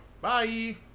Bye